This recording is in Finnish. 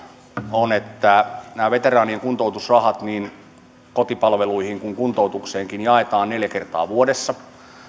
on että veteraanien kuntoutusrahat niin kotipalveluihin kuin kuntoutukseenkin jaetaan neljä kertaa vuodessa